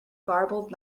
garbled